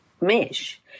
mesh